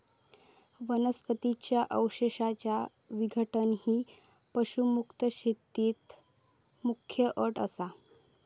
वनस्पतीं च्या अवशेषांचा विघटन ही पशुमुक्त शेतीत मुख्य अट असा